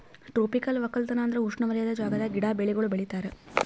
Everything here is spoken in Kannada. ಟ್ರೋಪಿಕಲ್ ಒಕ್ಕಲತನ ಅಂದುರ್ ಉಷ್ಣವಲಯದ ಜಾಗದಾಗ್ ಗಿಡ, ಬೆಳಿಗೊಳ್ ಬೆಳಿತಾರ್